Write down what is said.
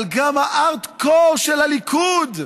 אבל גם ה-hard core של הליכוד,